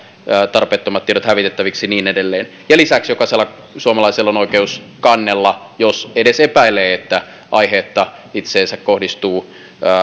tarpeettomat tiedot hävitettäviksi ja niin edelleen lisäksi jokaisella suomalaisella on oikeus kannella jos edes epäilee että aiheetta itseensä kohdistuu